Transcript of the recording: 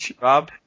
Rob